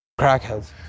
crackheads